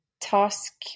task